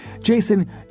Jason